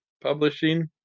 Publishing